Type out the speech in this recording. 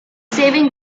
saving